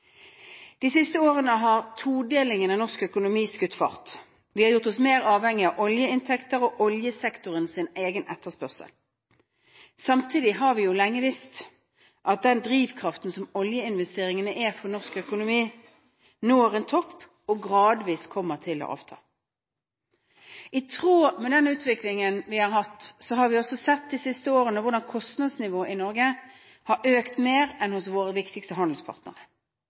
De siste årene har todelingen av norsk økonomi skutt fart. Vi har gjort oss mer avhengig av oljeinntekter og oljesektorens egen etterspørsel. Samtidig har vi jo lenge visst at den drivkraften som oljeinvesteringene er for norsk økonomi, når en topp og gradvis kommer til å avta. I tråd med den utviklingen vi har hatt, har vi også sett de siste årene hvordan kostnadsnivået i Norge har økt mer enn hos våre viktigste handelspartnere.